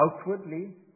Outwardly